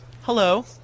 Hello